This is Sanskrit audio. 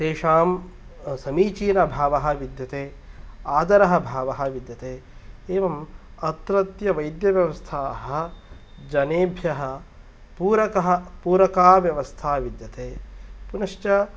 तेषां समीचीनभावः विद्यते आदरः भावः विद्यते एवम् अत्रत्य वैद्यव्यवस्थाः जनेभ्यः पूरकः पूरका व्यवस्था विद्यते पुनश्च